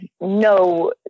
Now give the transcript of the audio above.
no